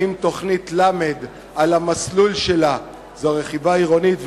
האם תוכנית ל' על המסלול שלה, זו רכיבה עירונית?